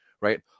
right